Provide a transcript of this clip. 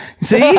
see